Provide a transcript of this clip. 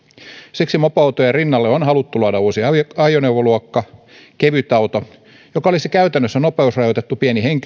siksi mopoautojen rinnalle on haluttu luoda uusi ajoneuvoluokka kevytauto joka olisi käytännössä nopeusrajoitettu pieni henkilöauto vaikka